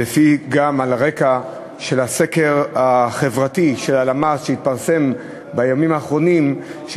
זאת גם על רקע הסקר החברתי של הלמ"ס שהתפרסם בימים האחרונים.